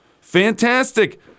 Fantastic